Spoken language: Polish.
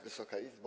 Wysoka Izbo!